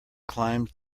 climbed